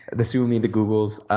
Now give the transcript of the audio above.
the sumome's, the google's